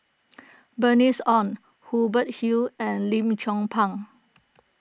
Bernice Ong Hubert Hill and Lim Chong Pang